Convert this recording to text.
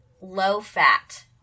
low-fat